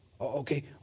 okay